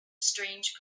strange